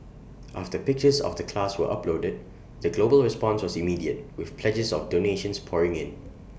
after pictures of the class were uploaded the global response was immediate with pledges of donations pouring in